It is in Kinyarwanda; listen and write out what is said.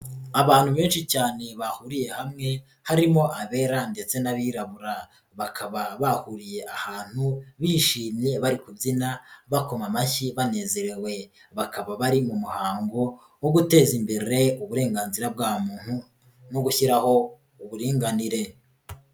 Abantu benshi cyane bahuriye hamwe harimo abera ndetse n'abirabura, bakaba bahuriye ahantu bishimye bari kubyina bakoma amashyi banezerewe, bakaba bari mu muhango wo guteza imbere uburenganzira bwa muntu no gushyiraho uburinganire.